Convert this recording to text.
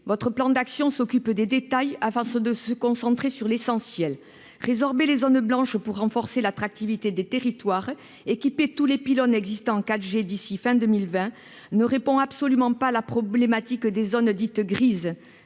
votre plan d'action s'occupe des détails avant de se concentrer sur l'essentiel. « Résorber les zones blanches pour renforcer l'attractivité des territoires » et équiper tous les pylônes existants en 4G d'ici à la fin 2020 ne répond absolument pas à la problématique des zones dites « grises